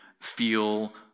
feel